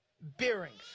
bearings